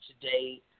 today